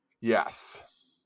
Yes